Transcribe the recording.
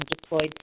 deployed